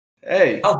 Hey